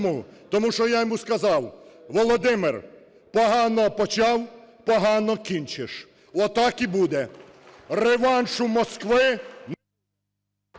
Тому що я йому сказав: "Володимир, погано почав - погано кінчиш". Отак і буде. Реваншу Москви…